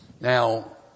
Now